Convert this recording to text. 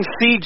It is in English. see